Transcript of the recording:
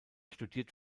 studiert